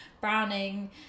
Browning